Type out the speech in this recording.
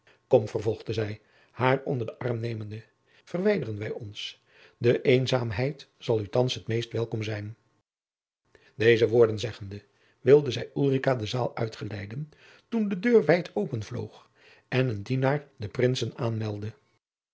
kom vervolgde zij haar onder den arm nemende verwijderen wij ons de eenzaamheid zal u thands het meest welkom zijn deze woorden zeggende wilde zij ulrica de zaal jacob van lennep de pleegzoon uitgeleiden toen de deur wijd openvloog en een dienaar de prinsen aanmeldde